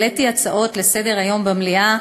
והעליתי הצעות לסדר-היום במליאה,